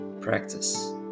practice